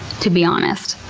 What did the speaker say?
to be honest.